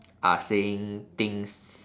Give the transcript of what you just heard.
are saying things